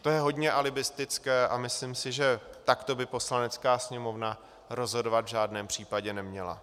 To je hodně alibistické a myslím si, že takto by Poslanecká sněmovna rozhodovat v žádném případě neměla.